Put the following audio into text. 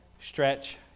stretch